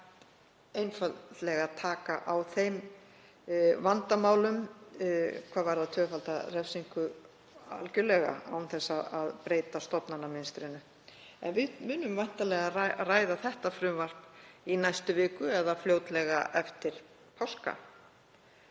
að taka á þeim vandamálum sem varða tvöfalda refsingu algerlega án þess að breyta stofnanamynstrinu. Við munum væntanlega ræða það frumvarp í næstu viku eða fljótlega eftir páska.